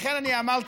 לכן אני אמרתי,